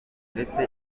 ndetse